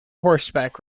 horseback